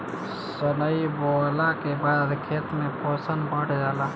सनइ बोअला के बाद खेत में पोषण बढ़ जाला